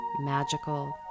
magical